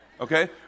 okay